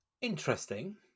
Interesting